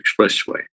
expressway